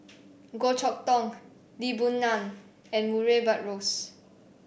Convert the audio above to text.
Goh Chok Tong Lee Boon Ngan and Murray Buttrose